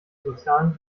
sozialen